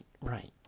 right